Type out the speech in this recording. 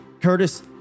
Curtis